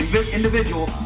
individual